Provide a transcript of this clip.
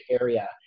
area